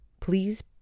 Please